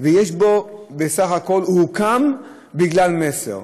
והוא בסך הכול הוקם בגלל מסר,